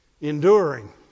enduring